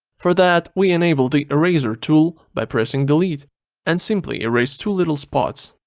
for that we enable the eraser tool by pressing delete and simply erase two little spots.